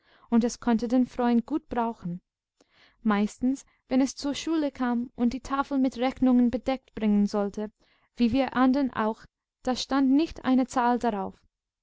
und es konnte den freund gut brauchen meistens wenn es zur schule kam und die tafel mit rechnungen bedeckt bringen sollte wie wir anderen auch da stand nicht eine zahl darauf